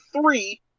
three